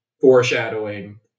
foreshadowing